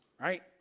right